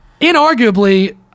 inarguably